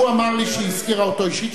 הוא אמר לי שהיא הזכירה אותו אישית.